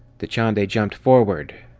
dachande jumped forward,